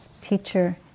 teacher